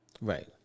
right